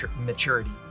maturity